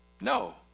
no